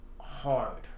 hard